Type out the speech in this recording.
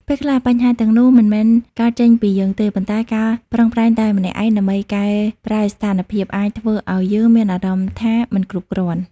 ពេលខ្លះ បញ្ហាទាំងនោះមិនមែនកើតចេញពីយើងទេ ប៉ុន្តែការប្រឹងប្រែងតែម្នាក់ឯងដើម្បីកែប្រែស្ថានភាព អាចធ្វើឲ្យយើងមានអារម្មណ៍ថាមិនគ្រប់គ្រាន់។